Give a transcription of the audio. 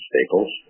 Staples